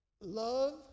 Love